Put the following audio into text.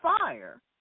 fire